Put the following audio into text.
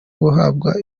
guhabwa